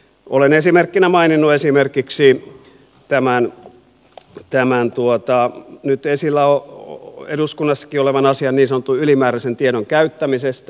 olen esimerkkinä maininnut esimerkiksi tämän nyt eduskunnassakin esillä olevan asian niin sanotun ylimääräisen tiedon käyttämisestä